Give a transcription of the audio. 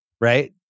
Right